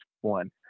one